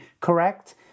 correct